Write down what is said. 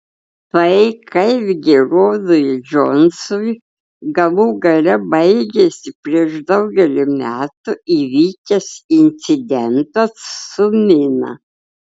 tai kaipgi rodui džonsui galų gale baigėsi prieš daugelį metų įvykęs incidentas su mina